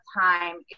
time